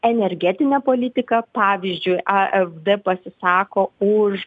energetinę politiką pavyzdžiui a ef d pasisako už